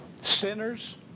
Sinners